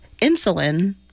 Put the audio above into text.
insulin